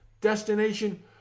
destination